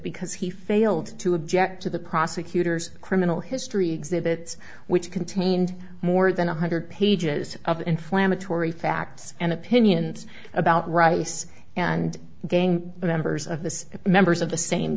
because he failed to object to the prosecutor's criminal history exhibits which contained more than one hundred pages of inflammatory facts and opinions about rice and gang members of the members of the same